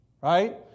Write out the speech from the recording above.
Right